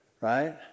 Right